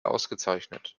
ausgezeichnet